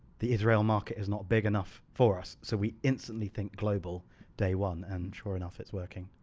the israel market is not big enough for us so we instantly think global day one, and sure enough it's working,